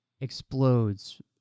explodes